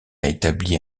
établi